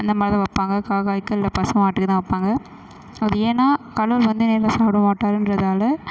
அந்த மாதிரி தான் வைப்பாங்க காக்காய்க்கு இல்லை பசுமாட்டுக்கு தான் வைப்பாங்க அது ஏன்னா கடவுள் வந்து நேரில் சாப்பிடமாட்டாருன்றதால